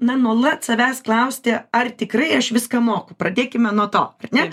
na nuolat savęs klausti ar tikrai aš viską moku pradėkime nuo to ar ne